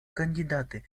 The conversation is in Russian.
кандидаты